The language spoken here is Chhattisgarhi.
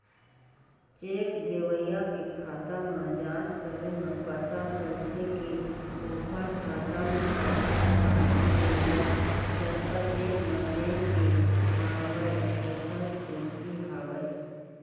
चेक देवइया के खाता म जाँच करे म पता चलथे के ओखर खाता म पइसा कमती हे या जतका चेक म देय के हवय ओखर पूरति हवय